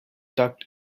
tucked